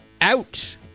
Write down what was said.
out